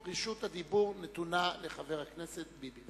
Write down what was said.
חבר הכנסת, רשות הדיבור נתונה לחבר הכנסת ביבי.